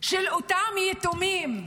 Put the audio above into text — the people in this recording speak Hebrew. של אותם יתומים,